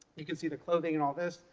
you can see the clothing in all this.